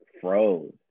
froze